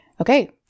Okay